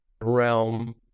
realm